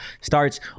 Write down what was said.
starts